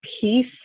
peace